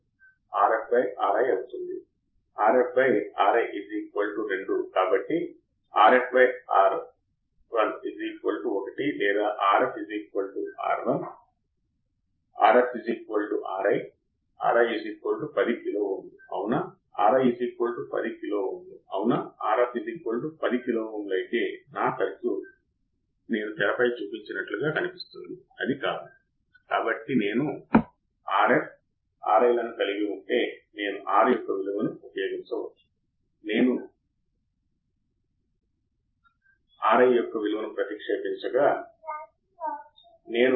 కాబట్టి నేను ఈ ప్రత్యేకమైన మార్గంలో వెళ్ళాలి ఇది ఒకటి మరియు ఇది ఒకటి i1 i2 Ib1 కు సమానం వర్చువల్ గ్రౌండ్ను వర్తింపజేయడం నాకు వర్చువల్ గ్రౌండ్ అని పిలువబడే మరొక భావన ఉంటే మనం చూస్తాము మనకు వర్చువల్ గ్రౌండ్ ఉంటుంది అంటే నా ఇన్వర్టింగ్ టెర్మినల్ గ్రౌండ్ చేయబడితే అది నా ఇన్వర్టింగ్ టెర్మినల్ కూడా గ్రౌండ్ గా పరిగణించబడుతుంది ఇది వాస్తవంగా గ్రౌండ్ గా ఉంది ఇప్పుడు మనం ఈ భావన గురించి ఇప్పుడే చూస్తాము V V 0 కాబట్టి నుండి కిర్చోఫ్ యొక్క వోల్టేజ్ చట్టం మరియు ఓంస్ చట్టం i1 దేనికీ సమానం కాదని మనకు తెలుసు కానిi1Vin-V R1 ఇది ఏమీ కాదు కానీ V లో R 1 V ద్వారా ఇప్పుడు ఇక్కడ V మైనస్ ఎందుకంటే వర్చువల్ యొక్క సహ భావన కారణంగా మీరు చూస్తారు భూమి ఈ టెర్మినల్ భూమిగా పరిగణించబడుతుంది సరే నాకు Ib1 0 ఉంటే అర్ధమయ్యే ఈ సూత్రం నాకు లభిస్తుంది కాని అది లేకపోతే మార్పు ఉంది లేదా అవుట్పుట్ వోల్టేజ్ అవుట్పుట్ వోల్టేజ్ నా Ib1పై ఆధారపడవలసి ఉంటుంది ఎందుకంటే Ib1 అది అవుట్పుట్ వోల్టేజ్ను మారుస్తుంది R2R1 Vin R2Ib1